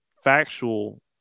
factual